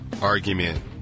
argument